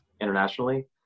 internationally